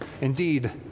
indeed